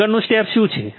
આગળનું સ્ટેપ શું છે